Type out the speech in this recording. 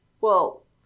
Well-